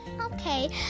Okay